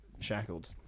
shackled